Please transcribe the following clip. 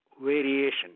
variation